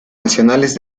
nacionales